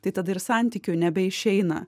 tai tada ir santykių nebeišeina